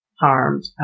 harmed